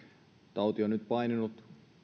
tauti on nyt painunut